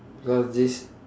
because this